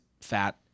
fat